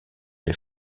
les